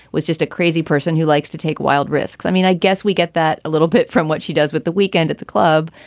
was just a crazy person who likes to take wild risks. i mean, i guess we get that a little bit from what she does with the weekend at the club.